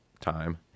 time